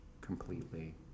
completely